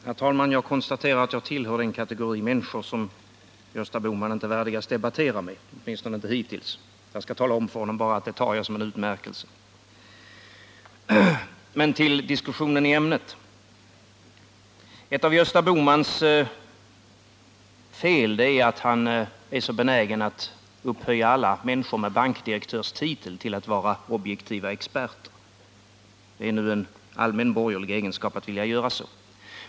Herr talman! Jag konstaterar att jag tillhör den kategori människor som Gösta Bohman inte värdigas debattera med, åtminstone inte hittills. Jag skall tala om för honom att det tar jag som en utmärkelse. Men till diskussionen i ämnet. Ett av Gösta Bohmans fel är att han är så benägen att upphöja alla människor med bankdirektörstitel till att vara objektiva experter. Det är nu en allmän borgerlig egenskap att vilja göra så.